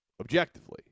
objectively